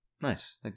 Nice